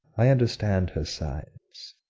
i understand her signs.